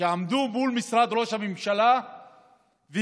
שעמדו מול משרד ראש הממשלה והפגינו.